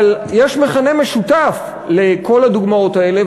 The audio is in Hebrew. אבל יש מכנה משותף לכל הדוגמאות האלה,